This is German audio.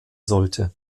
sollte